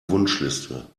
wunschliste